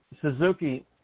Suzuki